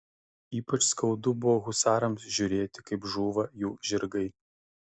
ypač skaudu buvo husarams žiūrėti kaip žūva jų žirgai